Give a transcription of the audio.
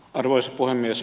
arvoisa puhemies